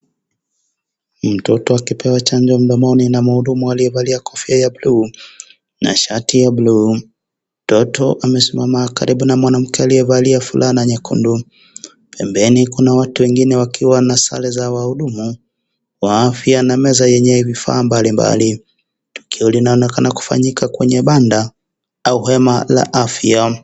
Mtoto akipewa chanjo mdomoni na mhudumu aliyevalia kofia ya bluu na shati ya bluu mtoto amesimama karibu na mwanamke aliyevalia fulana nyekundu . pembeni kuna watu wengine wakiwa na sare za wahudumu wa afya na na meza yenye vifaa mbalimbali . Linaonekana kufanyiwa kwenye banda au hema la afya.